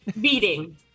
Beating